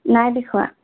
নাই দেখুওৱা